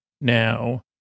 Now